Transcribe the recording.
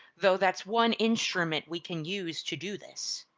though that's one instrument we can use to do this.